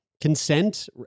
consent